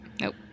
Nope